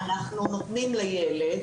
אנחנו נותנים לילד